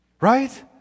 Right